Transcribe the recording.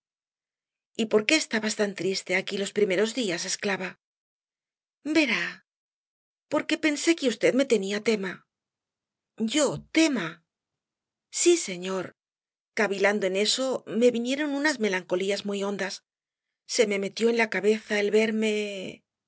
y por qué estabas tan triste aquí los primeros días esclava verá porque pensé que v me tenía tema yo tema sí señor cavilando en eso me vinieron unas melancolías muy hondas se me metió en la cabeza el verme